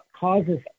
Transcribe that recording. causes